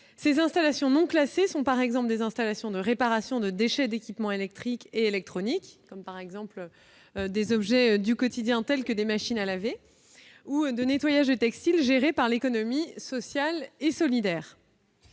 Ces installations non classées sont, par exemple, des installations de réparation de déchets d'équipements électriques et électroniques, à l'image de ces objets du quotidien que sont les machines à laver, ou des installations de nettoyage de textiles gérées par l'économie sociale et solidaire.